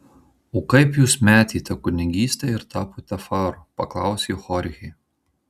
o kaip jūs metėte kunigystę ir tapote faru paklausė chorchė